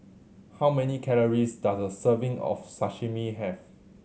how many calories does a serving of Sashimi have